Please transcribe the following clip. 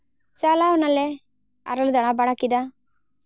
ᱪᱟᱞᱟᱣ ᱱᱟᱞᱮ ᱟᱨᱚ ᱞᱮ ᱫᱟᱬᱟ ᱵᱟᱲᱟ ᱠᱮᱫᱟ